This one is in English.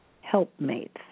helpmates